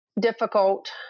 difficult